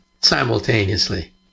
simultaneously